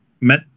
met